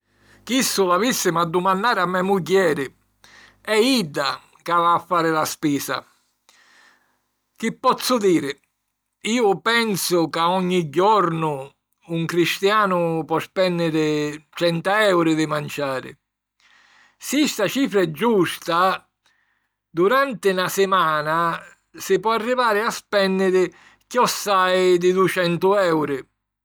Chissu l'avìssimu a dumannari a me mugghieri: è idda ca va a fari la spisa. Chi pozzu diri? Iu pensu ca ogni jornu un cristianu po spènniri trenta euri di manciari. Si sta cifra è giusta, duranti na simana si po arrivari a spènniri chiossai di ducentu euri.